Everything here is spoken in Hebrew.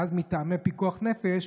ואז מטעמי פיקוח נפש,